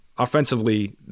offensively